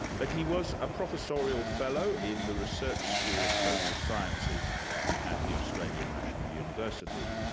but he was a professorial fellow in the research school of social sciences at the australian national university.